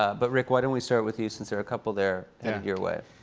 ah but rick, why don't we start with you since there are a couple there headed your way?